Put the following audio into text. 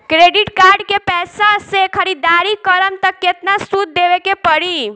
Credit card के पैसा से ख़रीदारी करम त केतना सूद देवे के पड़ी?